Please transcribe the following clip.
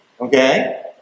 Okay